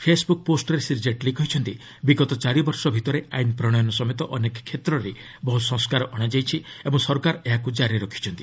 Facebook ପୋଷ୍ଟ୍ରେ ଶ୍ରୀ ଜେଟ୍ଲୀ କହିଛନ୍ତି ବିଗତ ଚାରିବର୍ଷ ଭିତରେ ଆଇନ ପ୍ରଣୟନ ସମେତ ଅନେକ କ୍ଷେତ୍ରରେ ବହୁ ସଂସ୍କାର ଅଶାଯାଇଛି ଓ ସରକାର ଏହାକୁ ଜାରି ରଖିଛନ୍ତି